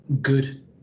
good